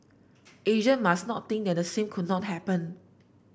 Asia must not think that the same could not happen